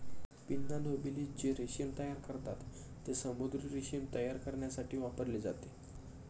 pinna nobilis जे रेशीम तयार करतात, ते समुद्री रेशीम तयार करण्यासाठी वापरले जाते